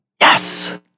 Yes